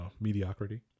mediocrity